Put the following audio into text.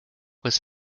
was